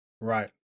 right